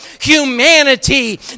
humanity